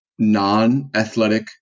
non-athletic